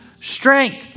strength